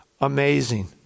Amazing